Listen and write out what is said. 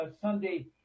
Sunday